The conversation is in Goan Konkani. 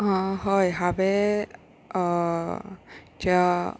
हय हांवेंच्या